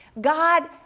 God